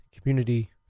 community